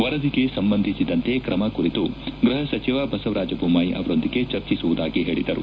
ವರದಿಗೆ ಸಂಬಂಧಿಸಿದಂತೆ ಕ್ರಮ ಕುರಿತು ಗೃಪ ಸಚಿವ ಬಸವರಾಜ ಜೊಮ್ನಾಯಿ ಅವರೊಂದಿಗೆ ಚರ್ಚಿಸುವುದಾಗಿ ಹೇಳಿದರು